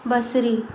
बसरी